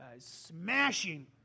smashing